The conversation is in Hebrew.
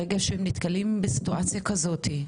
ברגע שהם נתקלים בסיטואציה כזאת,